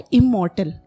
immortal